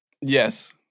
yes